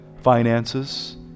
finances